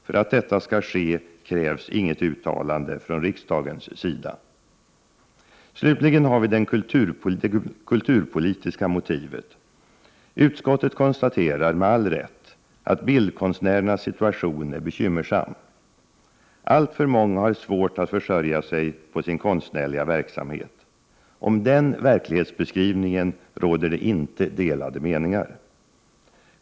För att detta skall ske krävs inget uttalande från riksdagens sida. Slutligen har vi det kulturpolitiska motivet. Utskottet konstaterar med all rätt att bildkonstnärernas situation är bekymmersam. Alltför många har svårt att försörja sig på sin konstnärliga verksamhet. Om denna verklighetsbeskrivning råder det inte några delade meningar.